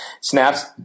snaps